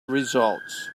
results